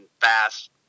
fast